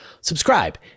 Subscribe